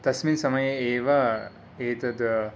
तस्मिन् समये एव एतत्